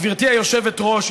גברתי היושבת-ראש,